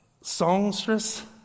songstress